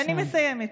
אני מסיימת.